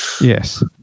Yes